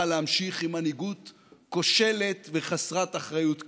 להמשיך עם מנהיגות כושלת וחסרת אחריות כזאת.